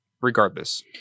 regardless